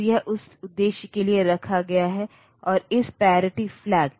तो यह उस उद्देश्य के लिए रखा गया है और इस पैरिटी फ्लैग